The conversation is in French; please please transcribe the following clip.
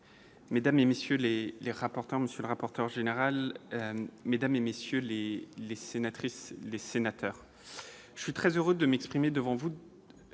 Mesdames et messieurs Les les rapporteurs, monsieur le rapporteur général, mesdames et messieurs les les sénatrices et les sénateurs, je suis très heureux de m'exprimer devant vous